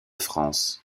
france